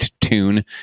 tune